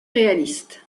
réalistes